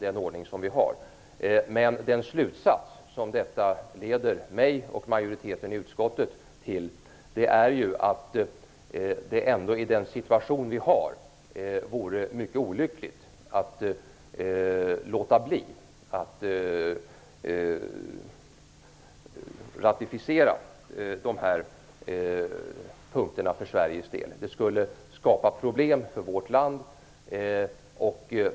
Men den slutsats som detta leder mig och majoriteten i utskottet till är att det i denna situation vore mycket olyckligt att för Sveriges del låta bli att ratificera dessa punkter. Det skulle skapa problem för vårt land.